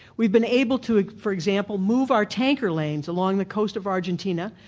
we've been able to, for example, move our tanker lanes along the coast of argentina.